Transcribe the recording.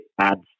adds